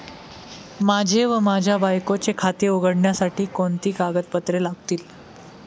माझे व माझ्या बायकोचे खाते उघडण्यासाठी कोणती कागदपत्रे लागतील?